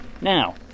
Now